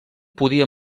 podia